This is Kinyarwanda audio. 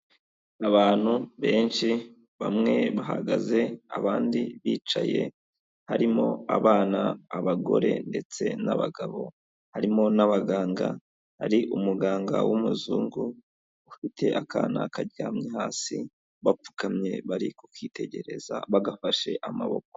Abantu benshi bamwe bahagaze abandi bicaye, harimo abana, abagore ndetse n'abagabo, harimo n'abaganga hari umuganga w'umuzungu ufite akana karyamye hasi, bapfukamye bari kukitegereza bagafashe amaboko.